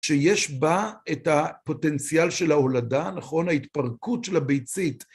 שיש בה את הפוטנציאל של ההולדה, נכון? ההתפרקות של הביצית.